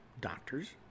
doctors